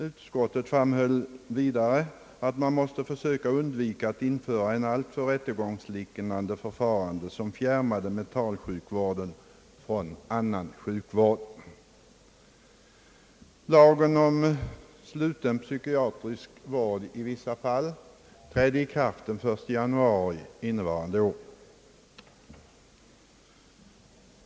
Utskottet framhöll att man måste försöka undvika att införa ett alltför rättegångsliknande förfarande som fjärmar mentalsjukvården från annan sjukvård. Lagen om sluten psykiatrisk vård i vissa fall trädde i kraft den 1 januari innevarande år.